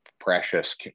precious